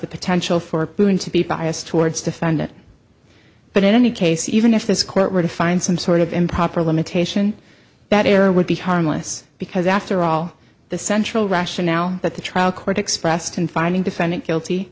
the potential for proving to be biased towards to fund it but in any case even if this court were to find some sort of improper limitation that error would be harmless because after all the central rationale that the trial court expressed in finding defendant guilty